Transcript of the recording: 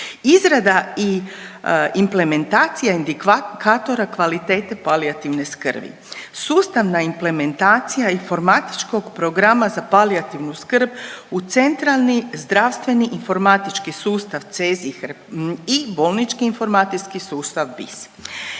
izrada i implementacija indikatora kvalitete palijativne skrbi, sustavna implementacija informatičkog programa za palijativnu skrb u centralni zdravstveni informatički sustav CEZIH i bolnički informacijski sustav BIS.